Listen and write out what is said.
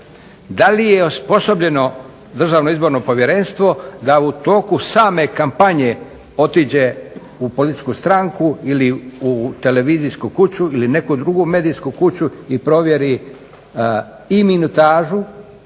Da li je osposobljeno Državno izborno povjerenstvo da u toku same kampanje ode u političku stranku ili u televizijsku kuću ili neku drugu medijsku kuću i provjeri i minutažu